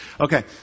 Okay